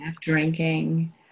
drinking